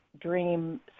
dream